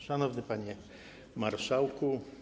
Szanowny Panie Marszałku!